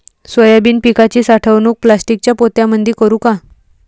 Soybean पिकाची साठवणूक प्लास्टिकच्या पोत्यामंदी करू का?